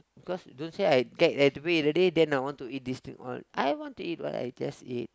because don't say I dead have to wait already then I want to eat this or what I want to eat what I just eat